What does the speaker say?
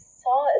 saw